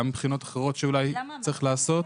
גם בחינות אחרות שאולי יש לעשות.